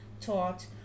taught